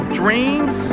dreams